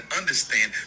understand